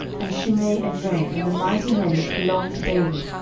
and shimei, and rei, and the mighty men which belonged to david,